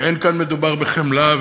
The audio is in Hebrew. לא מדובר כאן בחמלה,